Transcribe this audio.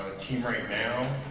ah team right now